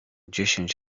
dziesięć